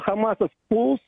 hamasas puls